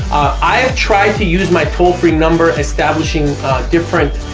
i have tried to use my toll-free number establishing different